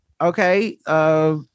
okay